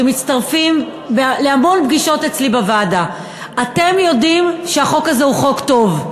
שמצטרפים להמון פגישות אצלי בוועדה: אתם יודעים שהחוק הזה הוא חוק טוב,